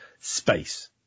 space